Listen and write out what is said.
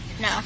No